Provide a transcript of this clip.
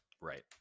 Right